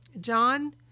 John